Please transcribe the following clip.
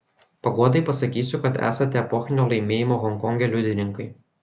paguodai pasakysiu kad esate epochinio laimėjimo honkonge liudininkai